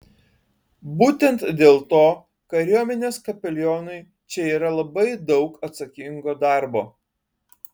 būtent dėl to kariuomenės kapelionui čia yra labai daug atsakingo darbo